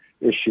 issue